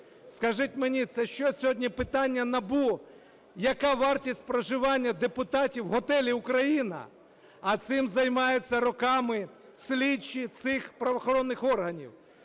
Скажіть мені, це що, сьогодні питання НАБУ, яка вартість проживання депутатів у готелі "Україна". А цим займаються роками слідчі цих правоохоронних органів.